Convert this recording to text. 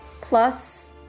Plus